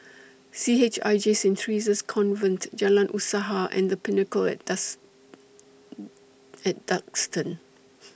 C H I J Saint Theresa's Convent Jalan Usaha and The Pinnacle At At Duxton